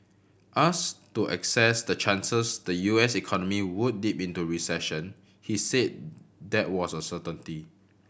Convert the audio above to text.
asked to assess the chances the U S economy would dip into a recession he said that was a certainty